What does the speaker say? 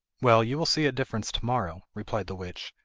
well, you will see a difference to-morrow replied the witch,